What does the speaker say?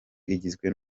igizwe